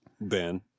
Ben